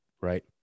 right